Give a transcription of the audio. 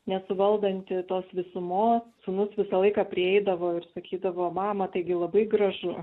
nesuvaldanti tos visumos sūnus visą laiką prieidavo ir sakydavo mama taigi labai gražu